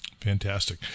Fantastic